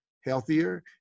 healthier